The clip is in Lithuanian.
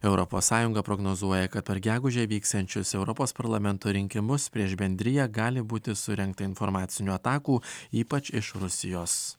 europos sąjunga prognozuoja kad per gegužę vyksiančius europos parlamento rinkimus prieš bendriją gali būti surengta informacinių atakų ypač iš rusijos